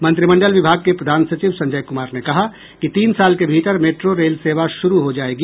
मंत्रिमंडल विभाग के प्रधान सचिव संजय कुमार ने कहा कि तीन साल के भीतर मेट्रो रेल सेवा शुरू हो जायेगी